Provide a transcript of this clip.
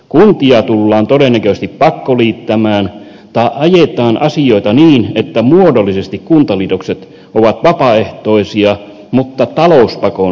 kuntia tullaan todennäköisesti pakkoliittämään tai ajetaan asioita niin että muodollisesti kuntaliitokset ovat vapaaehtoisia mutta talouspakon sanelemia